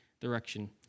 direction